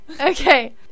Okay